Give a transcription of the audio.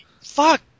fuck